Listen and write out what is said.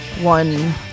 One